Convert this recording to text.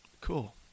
Cool